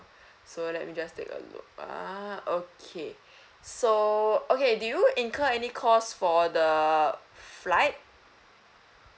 so let me just take a look uh okay so okay did you incur any cost for the flight